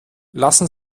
lassen